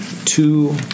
Two